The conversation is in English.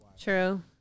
True